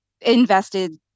invested